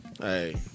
Hey